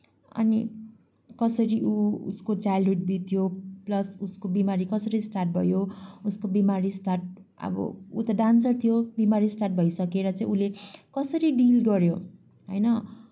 अनि कसरी ऊ उसको चाइल्डहुड बित्यो प्लस उसको बिमारी कसरी स्टार्ट भयो उसको बिमारी स्टार्ट अब ऊ त डान्सर थियो बिमारी स्टार्ट भइसकेर चाहिँ उसले कसरी डिल गऱ्यो होइन